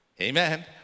Amen